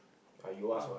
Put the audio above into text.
uh